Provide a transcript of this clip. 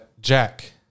Jack